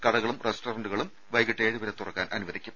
കടകളും റസ്റ്ററന്റുകളും വൈകിട്ട് ഏഴുവരെ തുറക്കാൻ അനുവദിക്കും